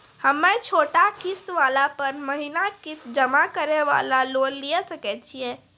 हम्मय छोटा किस्त वाला पर महीना किस्त जमा करे वाला लोन लिये सकय छियै?